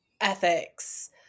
ethics –